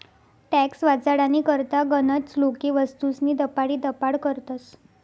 tax वाचाडानी करता गनच लोके वस्तूस्नी दपाडीदपाड करतस